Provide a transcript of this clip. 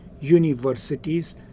universities